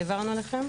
שהעברנו אליכם?